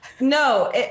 No